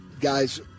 guys